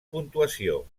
puntuació